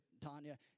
Tanya